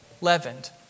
leavened